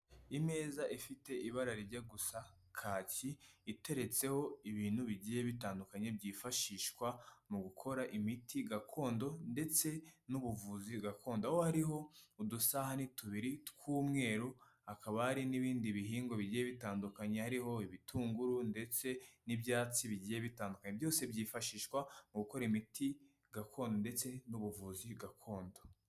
Imeza ifite ibara rijya gusa kaki, iteretseho ibintu bigiye bitandukanye byifashishwa mu gukora imiti gakondo ndetse n'ubuvuzi gakondo aho hariho udusahani tubiri tw'umweru, hakaba hari n'ibindi bihingwa bigiye bitandukanye, hariho ibitunguru ndetse n'ibyatsi bigiye bitandukanye byose byifashishwa mu gukora imiti gakondo ndetse n'ubuvuzi gakondo.